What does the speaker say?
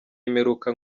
y’imperuka